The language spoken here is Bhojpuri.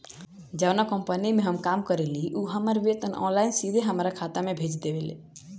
जावना कंपनी में हम काम करेनी उ हमार वेतन ऑनलाइन सीधे हमरा खाता में भेज देवेले